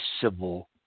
civil